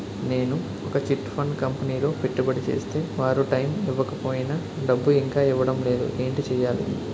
నేను ఒక chit fund కంపెనీలో పెట్టుబడి చేస్తే వారు టైమ్ ఇవ్వకపోయినా డబ్బు ఇంకా ఇవ్వడం లేదు ఏంటి చేయాలి?